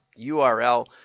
URL